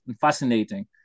fascinating